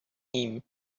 him